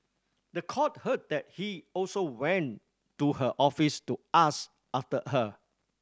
the court heard that he also went to her office to ask after her